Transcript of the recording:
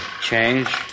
Change